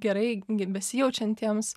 gerai gi besijaučiantiems